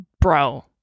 Bro